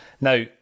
Now